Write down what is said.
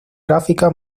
gráfica